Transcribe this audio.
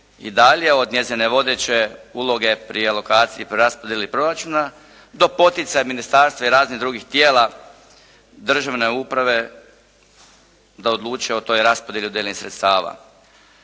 i dalje od njezine vodeće uloge pri elokaciji, preraspodjeli proračuna do poticaja ministarstva i raznih drugih tijela državne uprave da odluče o toj raspodjeli dodijeljenih sredstava.